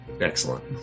excellent